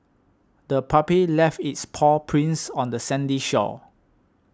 the puppy left its paw prints on the sandy shore